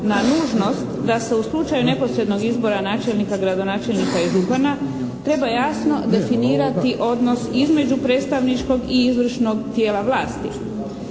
na nužnost da se u slučaju neposrednog izbora načelnika, gradonačelnika i župana treba jasno definirati odnos između predstavničkog i izvršnog tijela vlasti.